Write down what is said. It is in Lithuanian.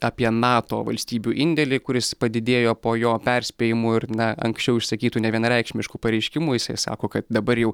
apie nato valstybių indėlį kuris padidėjo po jo perspėjimų ir na anksčiau išsakytų nevienareikšmiškų pareiškimų jisai sako kad dabar jau